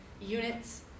units